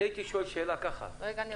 הייתי שואל שאלה של